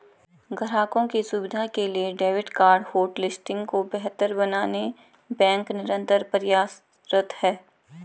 ग्राहकों की सुविधा के लिए डेबिट कार्ड होटलिस्टिंग को बेहतर बनाने बैंक निरंतर प्रयासरत है